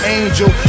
angel